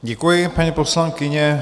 Děkuji, paní poslankyně.